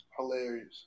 hilarious